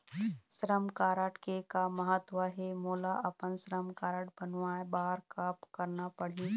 श्रम कारड के का महत्व हे, मोला अपन श्रम कारड बनवाए बार का करना पढ़ही?